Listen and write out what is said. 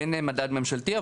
אין מדד ממשלתי,